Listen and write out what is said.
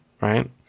right